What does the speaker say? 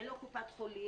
אין לו ביטוח בקופת חולים,